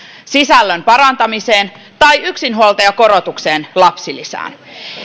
sisällön parantamiseen ja yksinhuoltajakorotukseen lapsilisään